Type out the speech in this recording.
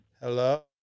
Hello